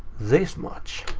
this much.